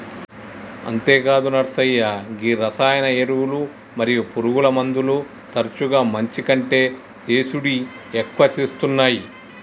అంతేగాదు నర్సయ్య గీ రసాయన ఎరువులు మరియు పురుగుమందులు తరచుగా మంచి కంటే సేసుడి ఎక్కువ సేత్తునాయి